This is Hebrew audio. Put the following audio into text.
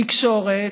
תקשורת,